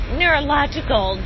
neurological